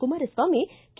Kumaraswamy K